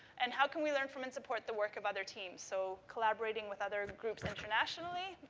and how can we learn from and support the work of other teams? so, collaborating with other groups internationally.